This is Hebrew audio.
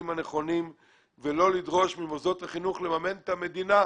הנכונים ולא לדרוש ממוסדות החינוך למממן את המדינה.